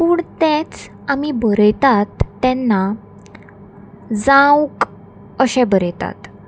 पूण तेंच आमी बरयतात तेन्ना जावंक अशें बरयतात